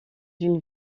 d’une